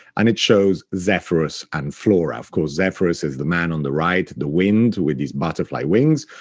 and it shows zephyrus and flora. of course, zephyrus is the man on the right, the wind with these butterfly wings,